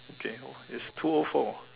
okay oh it's two O four